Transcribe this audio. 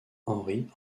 henri